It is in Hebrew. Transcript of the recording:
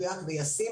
מדויק וישים,